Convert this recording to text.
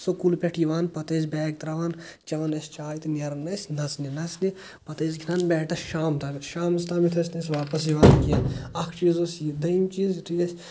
school پٮ۪ٹھ یِوان پتہٕ ٲسۍ بیگ ترٛاوان چٮ۪وان ٲسۍ چاے تہٕ نیران ٲسۍ نَژنہِ نَژنہِ پتہٕ ٲسۍ گِنٛدان بیٹَس شام تامتھ شامَس تامتھ ٲسۍ نہٕ أسۍ واپَس یِوان کیٚنٛہہ اَکھ چیٖز اوس یہِ دویِم چیٖز یُتھے أسی